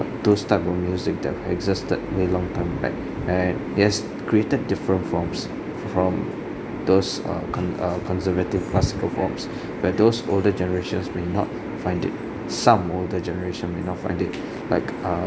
those type of music that existed very long time back and it has created different forms from those uh con~ uh conservative classical forms but those older generations may not find it some older generation may not find it like err